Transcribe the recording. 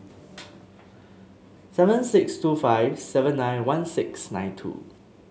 seven six two five seven nine one six nine two